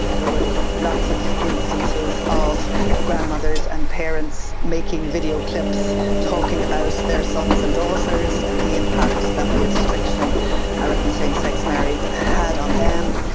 there were lots of instances of grandmothers and parents making video clips talking about their sons and daughters and the impact that the restriction around same-sex marriage had on them.